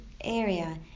area